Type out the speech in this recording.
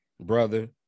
brother